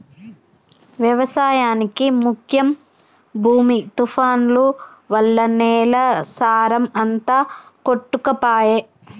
వ్యవసాయానికి ముఖ్యం భూమి తుఫాన్లు వల్ల నేల సారం అంత కొట్టుకపాయె